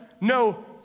no